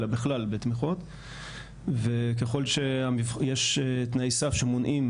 אלא בכלל בתמיכות וככל שיש תנאי סף שמונעים